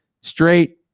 straight